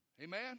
Amen